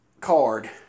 card